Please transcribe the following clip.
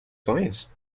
sonhos